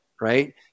right